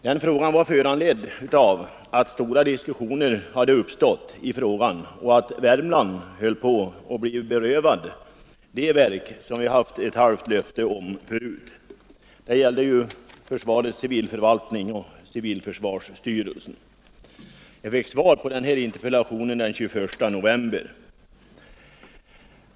Denna fråga var föranledd av att stora diskussioner hade uppstått i frågan och av att Värmland höll på att bli berövat de verk som vi förut haft ett halvt löfte om att få. Det gällde försvarets civilförvaltning och civilförsvarsstyrelsen. Jag fick svar på denna interpellation den 21 november.